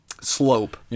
slope